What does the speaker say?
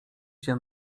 się